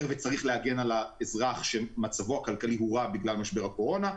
וצריך להגן על האזרח שמצבו הכלכלי הורע בגלל משבר הקורונה,